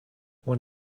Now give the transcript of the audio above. when